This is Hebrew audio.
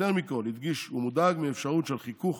יותר מכול, הדגיש, הוא מודאג מאפשרות של חיכוך